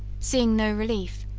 seeing no relief,